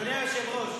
מה זה קשור לשר האוצר?